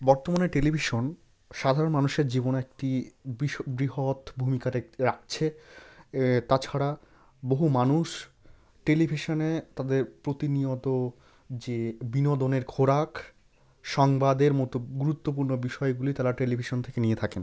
বর্তমানে টেলিভিশন সাধারণ মানুষের জীবনে একটি বৃহৎ ভূমিকা রাখছে তাছাড়া বহু মানুষ টেলিভিশনে তাদের প্রতিনিয়ত যে বিনোদনের খোরাক সংবাদের মতো গুরুত্বপূর্ণ বিষয়গুলি তারা টেলিভিশন থেকে নিয়ে থাকেন